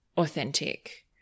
Authentic